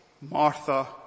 Martha